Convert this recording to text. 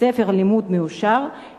כספרי לימוד מאושרים,